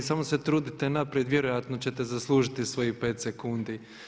I samo se trudite naprijed, vjerojatno ćete zaslužiti svojih 5 sekundi.